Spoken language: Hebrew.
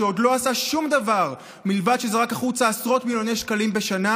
שעוד לא עשה שום דבר מלבד לזרוק החוצה עשרות מיליוני שקלים בשנה,